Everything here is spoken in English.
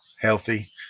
healthy